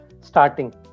starting